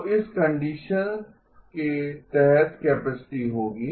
तो इस कंडीशन के तहत कैपेसिटी होगी